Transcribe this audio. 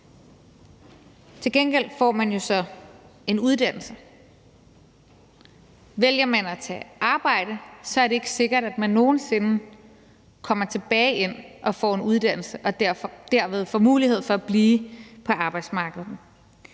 Til gengæld får man jo så en uddannelse. Vælger man at tage arbejde, er det ikke sikkert, at man nogen sinde kommer tilbage ind og får en uddannelse og derved får mulighed for at blive på arbejdsmarkedet.